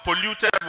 polluted